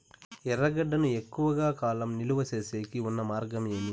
ఎర్రగడ్డ ను ఎక్కువగా కాలం నిలువ సేసేకి ఉన్న మార్గం ఏమి?